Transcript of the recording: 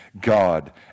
God